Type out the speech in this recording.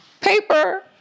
paper